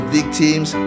victims